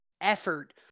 effort